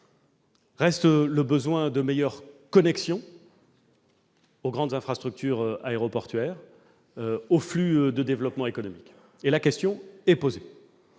mise en place d'une meilleure connexion aux grandes infrastructures aéroportuaires et aux flux de développement économique. La question est posée.